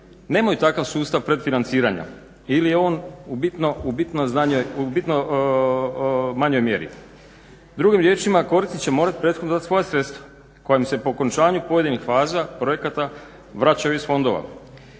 nemaju takav sustav predfinanciranja ili je on u bitno manjoj mjeri. Drugim riječima korisnici će morati prethodno dati svoja sredstva koja im se po okončanju pojedinih faza projekata vraćaju iz fondova.